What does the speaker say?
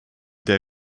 der